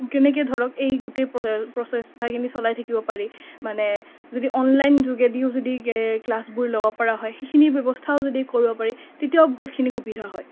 কেনেকৈ ধৰক এই গোটেই প্ৰচেষ্টাখিনি চলাই থাকিব পাৰে মানে যদি অনলাইন যোগেদিও যদি ক্লাছবোৰ ল'ব পৰা হয় সেইখিনি ব্যৱস্থাও যদি কৰিব পাৰি তেতিয়াও বহুতখিনি সুবিধা হয়